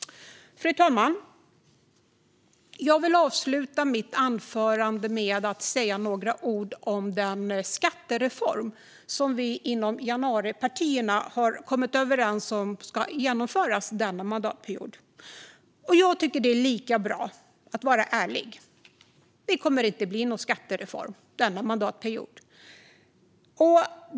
Fru talman! Jag vill avsluta mitt anförande med att säga några ord om den skattereform som vi inom januaripartierna har kommit överens om ska genomföras denna mandatperiod. Jag tycker att det är lika bra att vara ärlig. Det kommer inte att bli någon skattereform denna mandatperiod.